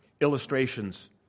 Illustrations